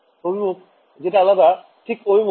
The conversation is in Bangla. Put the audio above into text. ছাত্র ছাত্রীঃঅভিমুখ